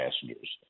passengers